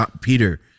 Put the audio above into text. Peter